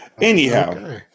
Anyhow